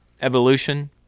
evolution